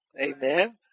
amen